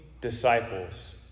disciples